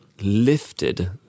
lifted